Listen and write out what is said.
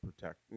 protect